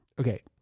okay